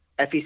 FEC